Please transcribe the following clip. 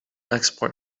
export